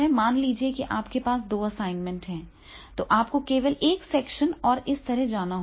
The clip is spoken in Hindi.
मान लीजिए कि आपके पास दो असाइनमेंट हैं तो आपको केवल एक सेक्शन और इस तरह जाना होगा